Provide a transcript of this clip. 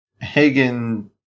Hagen